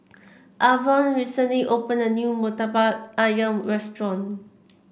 Avon recently opened a new murtabak ayam restaurant